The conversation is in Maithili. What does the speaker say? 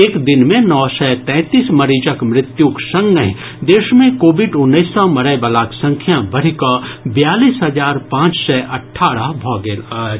एक दिन मे नओ सय तैंतीस मरीजक मृत्युक संगहि देश मे कोविड उन्नैस सँ मरयवलाक संख्या बढ़िकऽ बयालीस हजार पांच सय अठारह भऽ गेल अछि